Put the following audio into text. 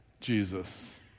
Jesus